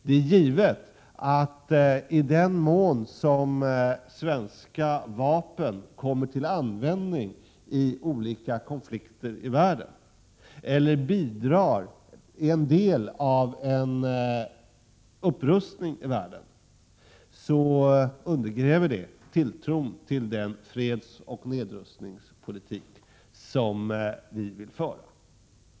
Det är givet att i den mån som svenska vapen kommer till användning i olika konflikter i världen eller bidrar i en del av en upprustning i världen, så undergräver det tilltron till den fredsoch nedrustningspolitik som vi vill föra.